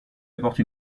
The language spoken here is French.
apporte